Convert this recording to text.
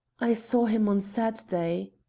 i saw him on saturday.